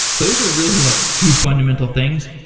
those are really like the two fundamental things.